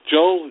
Joel